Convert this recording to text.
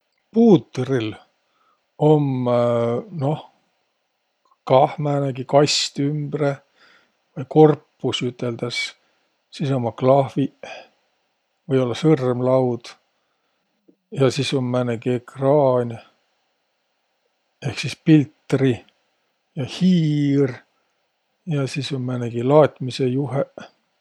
Puutril om, noh, kah määnegi kast ümbre, vai korpus, üteldäs. Sis ommaq klahviq, või-ollaq sõrmlaud. Ja sis um määnegi ekraan ehk sis piltri, ja hiir, ja sis um määnegi laatmisõjuheq.